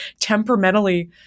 temperamentally